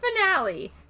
finale